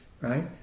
right